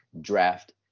draft